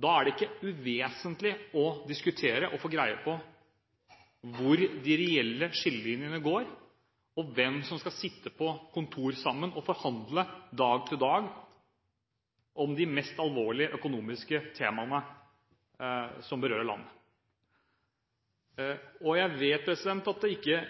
Da er det ikke uvesentlig å diskutere og få greie på hvor de reelle skillelinjene går, og hvem som skal sitte på kontor sammen og forhandle fra dag til dag om de mest alvorlige økonomiske temaene som berører landet. Jeg vet at dette ikke